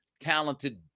talented